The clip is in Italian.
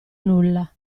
nulla